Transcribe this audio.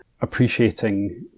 appreciating